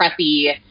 preppy